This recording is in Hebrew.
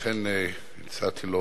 ולכן הצעתי לו